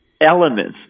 elements